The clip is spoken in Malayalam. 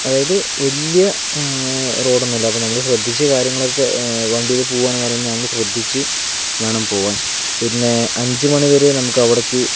അതായത് വലിയ റോഡൊന്നുമല്ല അപ്പൊ നമ്മൾ ശ്രദ്ധിച്ച് കാര്യങ്ങളൊക്കെ വണ്ടിയിൽ പോകുക എന്ന് പറയുമ്പോൾ നമ്മൾ ശ്രദ്ധിച്ച് വേണം പോകാൻ പിന്നെ അഞ്ച് മണിവരെ നമുക്ക് അവിടേക്ക്